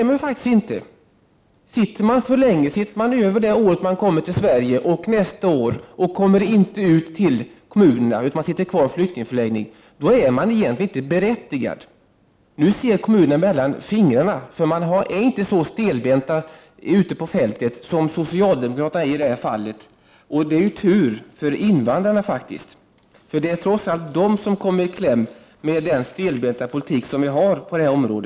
Om flyktingarna blir kvar i en flyktingförläggning under det år som de kommer till Sverige och året därpå utan att komma ut i en kommun, då är de egentligen inte berättigade till undervisning i svenska. Nu ser kommunerna mellan fingrarna, eftersom kommunerna inte är så stelbenta ute på fältet som socialdemokraterna är i detta fall. Det är faktiskt tur för invandrarna, eftersom det trots allt är de som kommer i kläm med den stelbenta politik som förs på detta område.